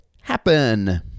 happen